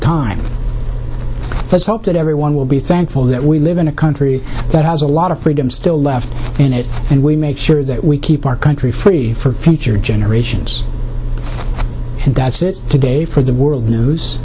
time there's hope that everyone will be thankful that we live in a country that has a lot of freedom still left in it and we make sure that we keep our country free for future generations and that's it today for the world news